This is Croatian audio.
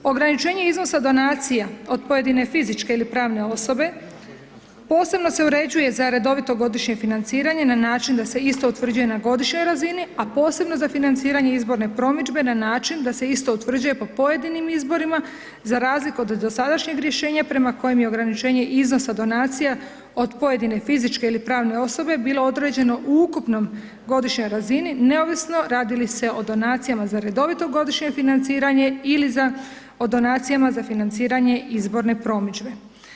Ograničenje iznosa donacija od pojedine fizičke ili pravne osobe posebno se uređuje za redovito godišnje financiranje na način da se isto utvrđuje na godišnjoj razini, a posebno za financiranje izborne promidžbe na način da se isto utvrđuje po pojedinim izborima za razliku od dosadašnjeg rješenja prema kojem je ograničenje iznosa donacija od pojedine fizičke ili pravne osobe bilo određeno u ukupnom godišnjoj razini neovisno radi li se o donacijama za redovito godišnje financiranje ili za o donacijama za financiranje izborne promidžbe.